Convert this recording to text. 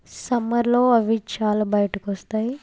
సమ్మర్లో అవి చాలా బయటకి వస్తాయి